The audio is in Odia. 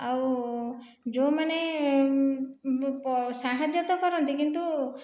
ଆଉ ଯେଉଁମାନେ ସାହାଯ୍ୟ ତ କରନ୍ତି କିନ୍ତୁ